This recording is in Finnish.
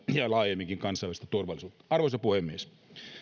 laajemminkin kansallista turvallisuutta arvoisa puhemies